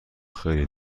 خیلی